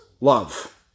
love